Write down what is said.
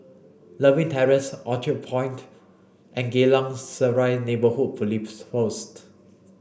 Lewin Terrace Orchard Point and Geylang Serai Neighbourhood Police Post